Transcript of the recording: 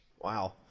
wow